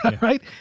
right